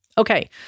Okay